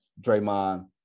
Draymond